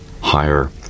higher